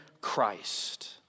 Christ